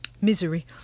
Misery